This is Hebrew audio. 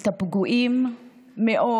את הפגועים מאוד,